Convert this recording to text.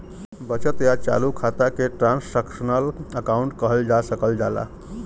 बचत या चालू खाता के ट्रांसक्शनल अकाउंट कहल जा सकल जाला